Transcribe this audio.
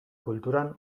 kulturan